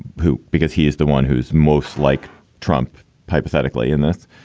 who because he is the one who is most like trump hypothetically in this,